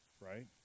right